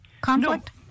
conflict